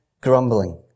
grumbling